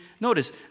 Notice